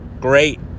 great